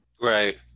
Right